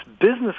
business